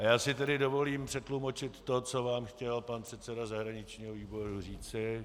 Já si tedy dovolím přetlumočit to, co vám chtěl pan předseda zahraničního výboru říci.